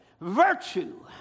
virtue